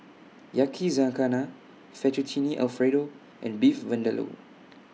Yakizakana Fettuccine Alfredo and Beef Vindaloo